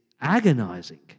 agonizing